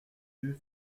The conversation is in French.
deux